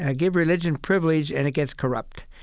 ah give religion privilege and it gets corrupt.